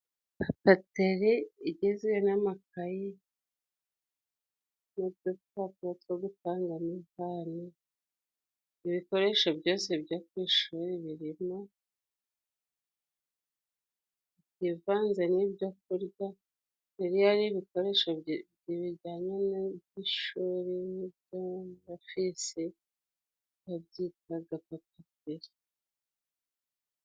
Papeteri igizwe n'amakayi n'udupapuro two gutangamo ifarini, ibikoresho byose byo ku ishuri birimo, ibivanze, n'ibyo kurya. Iyo ari ibikoresho bijyanye n'iby'ishuri n'ibyo muri ofisi babyitaga papeteri.